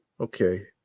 okay